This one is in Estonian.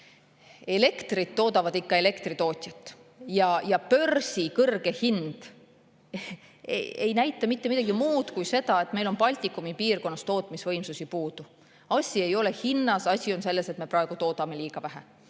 Elektrit toodavad ikka elektritootjad ja kõrge hind börsil ei näita mitte midagi muud kui seda, et meil on Baltikumi piirkonnas tootmisvõimsusi puudu. Asi ei ole hinnas. Asi on selles, et me praegu toodame liiga vähe,